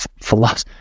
philosophy